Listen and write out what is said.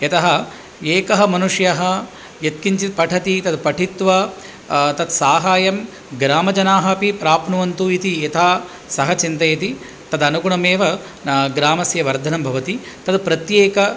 यतः एकः मनुष्यः यत्किञ्चित् पठति तद् पठित्वा तत् साहाय्यं ग्रामजनाः अपि प्राप्नुवन्तु इति यथा सः चिन्तयति तदनुगुणमेव न ग्रामस्य वर्धनं भवति तद् प्रत्येकः